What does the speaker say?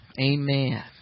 Amen